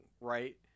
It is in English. right